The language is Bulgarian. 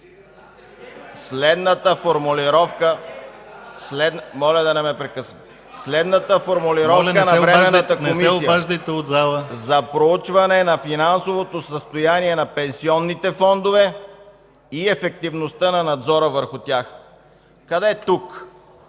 ГРОЗДАН КАРАДЖОВ: ...на Временната комисия за проучване на финансовото състояние на пенсионните фондове и ефективността на надзора върху тях: къде тук